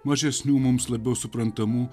mažesnių mums labiau suprantamų